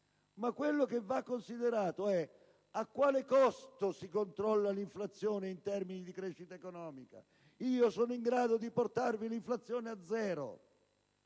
ma ciò che va considerato è a quale costo questa si controlla in termini di crescita economica. Io sono in grado di portare l'inflazione a zero,